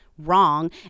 wrong